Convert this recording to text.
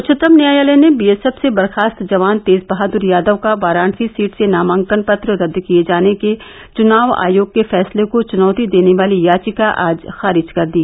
उच्चतम न्यायालय ने बीएसएफ से बर्खास्त जवान तेज बहादुर यादव का वाराणसी सीट से नामांकन पत्र रद्द किये जाने के चुनाव आयोग के फैसले को चुनौती देने वाली याचिका आज खारिज कर दी